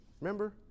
Remember